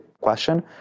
question